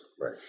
right